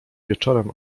wieczorem